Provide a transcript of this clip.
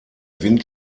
wind